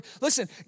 Listen